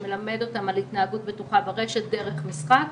שמלמד אותם על התנהגות בטוחה ברשת דרך משחק.